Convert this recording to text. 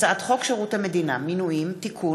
הצעת חוק הבנקאות (שירות ללקוח) (תיקון,